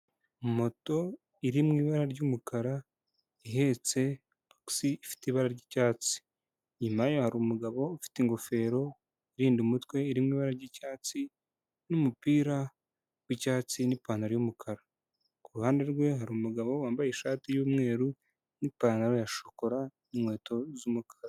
Moto iri mu ibara ry'umukara ihetse ax ifite ibara ry'icyatsi .Inyuma yayo hari umugabo ufite ingofero irinda umutwe , iri mu ibara ry'icyatsi n'umupira w'icyatsi nipantaro y'umukara . kuruhande rwe hariru umugabo wambaye ishati y'umweru n'ipantaro ya shokora inkweto z'umukara.